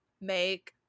make